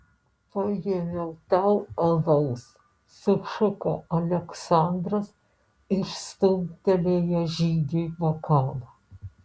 paėmiau tau alaus sušuko aleksandras ir stumtelėjo žygiui bokalą